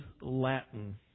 Latin